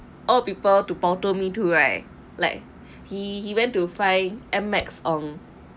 all people to pao toh me to right like he he went to find M_X song